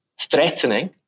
threatening